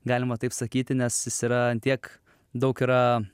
galima taip sakyti nes jis yra ant tiek daug yra